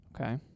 Okay